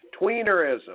Tweenerism